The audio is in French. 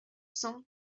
cents